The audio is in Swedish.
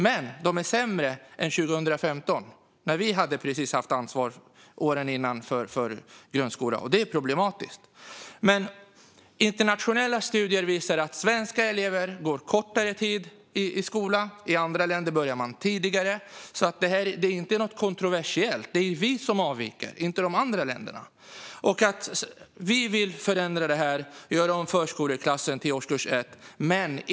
De är dock sämre än 2015 när vi precis hade haft ansvar för grundskolan. Det är problematiskt. Internationella studier visar att svenska elever går i skolan under en kortare tid. I andra länder börjar man tidigare. Detta är alltså inget kontroversiellt. Det är vi som avviker, inte de andra länderna. Vi vill förändra detta genom att göra om förskoleklassen till årskurs 1.